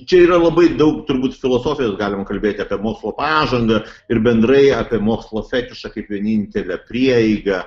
čia yra labai daug turbūt filosofijos galima kalbėti apie mokslo pažangą ir bendrai apie mokslo fetišą kaip vienintelę prieigą